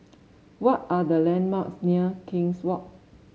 what are the landmarks near King's Walk